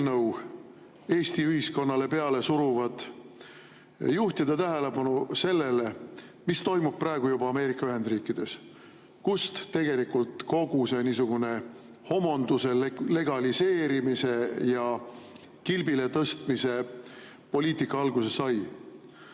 Eesti ühiskonnale peale suruvad, tähelepanu sellele, mis toimub praegu Ameerika Ühendriikides, kust tegelikult kogu see niisugune homonduse legaliseerimise ja kilbile tõstmise poliitika alguse sai.